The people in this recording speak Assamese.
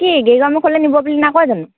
কি নিব বুলি নকয় জানো